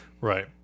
right